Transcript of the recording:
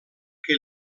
que